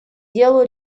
делу